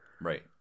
Right